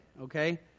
okay